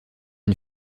une